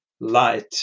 light